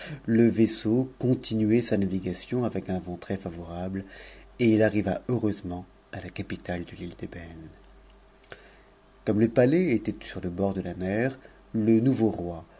le vaisseau continuait sa nav gat'o avec nn vent très favorable et it arriva heureusement à la capitale de t'îted'ëbène comme le palais était sur le bord de la mer le nouveau roi